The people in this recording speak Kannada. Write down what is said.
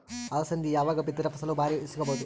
ಅಲಸಂದಿ ಯಾವಾಗ ಬಿತ್ತಿದರ ಫಸಲ ಭಾರಿ ಸಿಗಭೂದು?